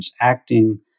acting